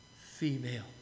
female